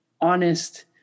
honest